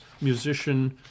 musician